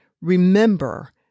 Remember